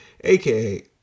aka